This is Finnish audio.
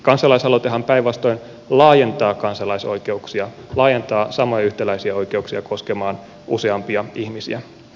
kansalaisaloitehan päinvastoin laajentaa kansalaisoikeuksia laajentaa samoja yhtäläisiä oikeuksia koskemaan useampia ihmisiä